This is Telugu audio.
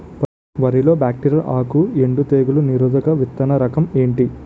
వరి లో బ్యాక్టీరియల్ ఆకు ఎండు తెగులు నిరోధక విత్తన రకం ఏంటి?